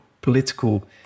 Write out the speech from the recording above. political